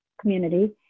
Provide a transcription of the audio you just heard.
community